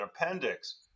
appendix